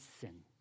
sin